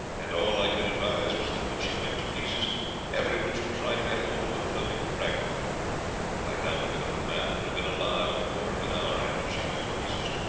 and all i could advise was that when she went to pieces everyone should try to get hold of a floating fragment but i doubt whether a man would have been alive a quarter of an hour after she went to pieces.